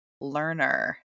learner